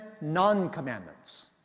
Non-Commandments